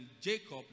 Jacob